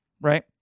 right